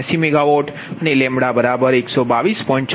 79MW અને 122